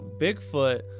Bigfoot